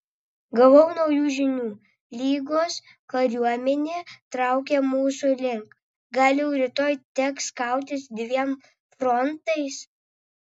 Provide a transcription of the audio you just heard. gavau naujų žinių lygos kariuomenė traukia mūsų link gal jau rytoj teks kautis dviem frontais